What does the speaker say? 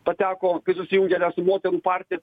pateko kai susijungė su moterų partija